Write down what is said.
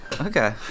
Okay